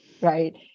right